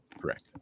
Correct